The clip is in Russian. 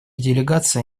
делегация